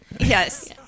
Yes